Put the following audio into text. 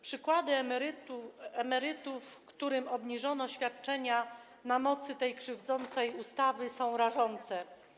Przykłady emerytów, którym obniżono świadczenia na mocy tej krzywdzącej ustawy, są rażące.